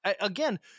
again